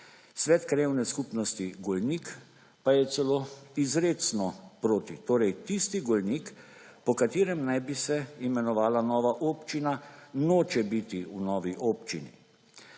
Svet krajevne skupnosti Golnik pa je celo izrecno proti. Torej tisti Golnik, po katerem naj bi se imenovala nova občina, noče biti v novi občini.